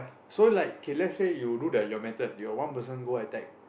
so like okay let's say you do the your method your one person attack